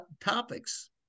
topics